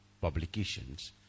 publications